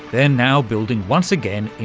they're now building once again